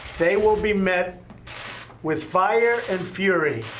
they will be met with fire and fury,